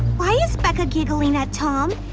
why is becca giggling at tom?